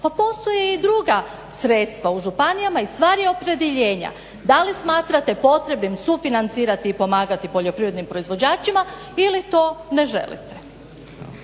Pa postoje i druga sredstva u županijama i stvar je opredjeljenja. Da li smatrate potrebnim sufinancirati i pomagati poljoprivrednim proizvođačima ili to ne želite.